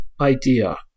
idea